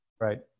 Right